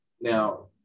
Now